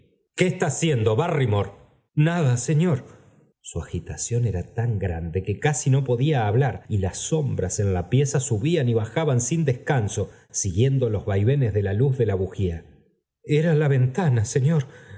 qué está haciendo barrymore nada señor su agitación era tan grande que casi no podía hablar y las sombras en la pieza subían y bajaban sin descanso siguiendo loe vaivenes de la luz de la bujía era la ventana señor